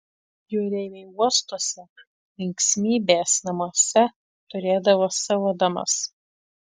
jūreiviai uostuose linksmybės namuose turėdavo savo damas